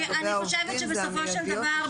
אני חושבת שבסופו של דבר,